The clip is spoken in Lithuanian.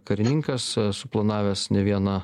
karininkas suplanavęs ne vieną